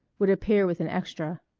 would appear with an extra.